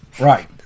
Right